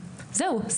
זהו,